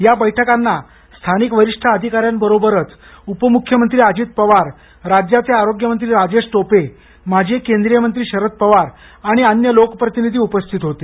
या बैठकांना स्थानिक वरिष्ठ अधिकाऱ्यांबरोबरच उपमुख्यमंत्री अजित पवार राज्याचे आरोग्य मंत्री राजेश टोपे माजी केंद्रीय मंत्री शरद पवार आणि अन्य लोकप्रतिनिधी उपस्थित होते